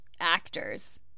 actors